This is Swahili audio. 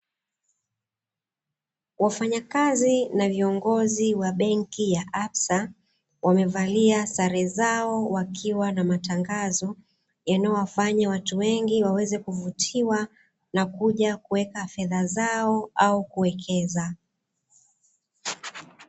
Wafanyakazi na viongozi wa benki ya "absa", wamevalia sare zao wakiwa na matangazo yanayowafanya watu wengi waweze kuvutiwa na kuja kuweka fedha zao au kuwekeza.